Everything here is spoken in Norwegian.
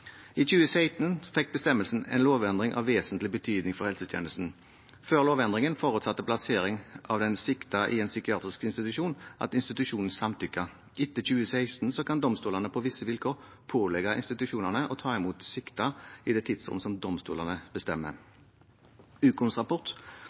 I 2016 fikk bestemmelsen en lovendring av vesentlig betydning for helsetjenesten. Før lovendringen forutsatte plassering av den siktede i en psykiatrisk institusjon at institusjonen samtykket. Etter 2016 kan domstolene på visse vilkår pålegge institusjonene å ta imot siktede i det tidsrom som domstolene bestemmer.